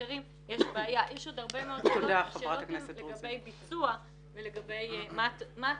השאלות הן לגבי ביצוע ומה התכנון.